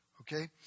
okay